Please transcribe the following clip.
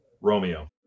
Romeo